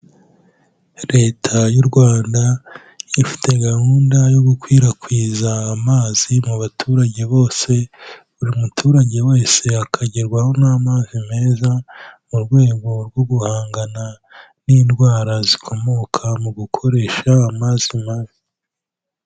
Leta y'u Rwanda ifite gahunda yo gukwirakwiza amazi mu baturage bose, buri muturage wese akagerwaho n'amazi meza, mu rwego rwo guhangana n'indwara zikomoka mu gukoresha amazi mabi.